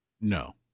No